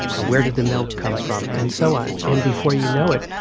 ah where did the milk come from and so on. and before you know it,